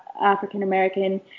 African-American